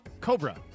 Cobra